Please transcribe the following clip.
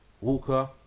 Walker